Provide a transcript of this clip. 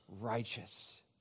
righteous